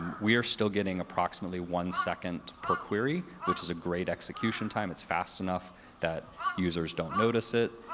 we are still getting approximately one second per query, which is a great execution time. it's fast enough that users don't notice it.